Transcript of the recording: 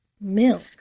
Milk